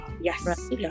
Yes